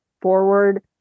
forward